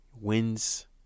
wins